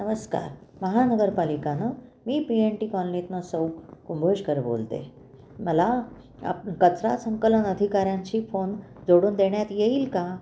नमस्कार महानगरपालिका ना मी पी एन टी कॉलनीतून सौ कुंभोजकर बोलते मला आप कचरा संकलन अधिकाऱ्यांशी फोन जोडून देण्यात येईल का